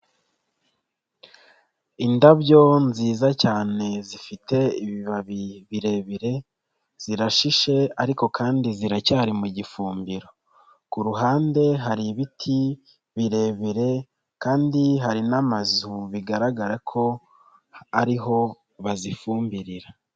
Indabyo nziza cyane zifite ibibabi birebire, zirashishe ariko kandi ziracyari mu gifumbiro, ku ruhande hari ibiti birebire kandi hari n'amazu bigaragara ko ari ho bazifumbirira.